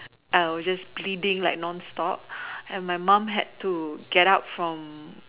I was just bleeding like non stop and my mom had to get up from